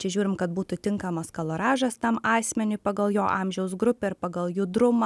čia žiūrim kad būtų tinkamas kaloražas tam asmeniui pagal jo amžiaus grupę ir pagal judrumą